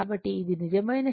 కాబట్టి ఇది నిజమైన శక్తి